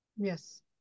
Yes